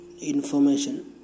information